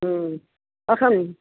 अहम्